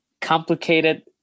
complicated